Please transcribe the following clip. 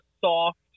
soft